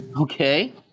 Okay